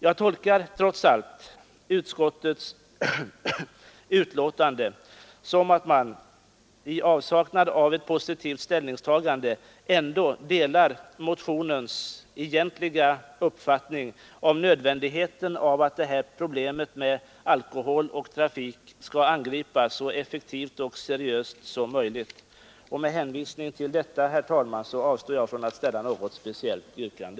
Jag tolkar trots allt utskottets betänkande så, att man i avsaknad av ett positivt ställningstagande ändå delar motionens uppfattning om nödvändigheten av att detta problem med alkohol och trafik skall angripas så effektivt och seriöst som möjligt. Med hänvisning till detta, herr talman, avstår jag från att ställa något särskilt yrkande.